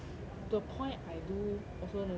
to the point I do also no use